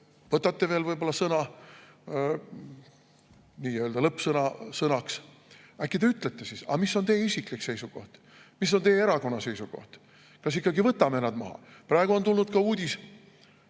võtate veel võib-olla sõna, nii-öelda lõppsõnaks, äkki te ütlete siis, aga mis on teie isiklik seisukoht? Mis on teie erakonna seisukoht? Kas ikkagi võtame nad maha? Praegu on tulnud ka uudis,